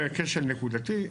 זה כשל נקודתי.